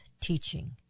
teaching